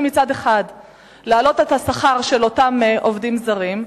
מצד אחד להעלות את השכר של אותם עובדים זרים,